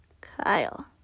Kyle